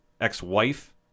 ex-wife